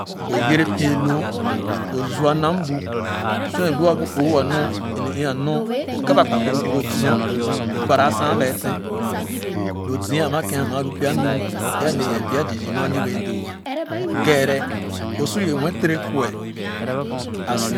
O yere poe loo o zwa ma bu sor e lua bu o'o a nor ono-ii anor o kep akpakum bu loo zia o para a san lɛɛ tei loo zoa a ma ke'n nor a lu pya nu e'ale yee pya zii zii nu ali bee doouah keere o su ye nwe tere kuɛ a si.